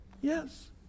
Yes